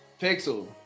Pixel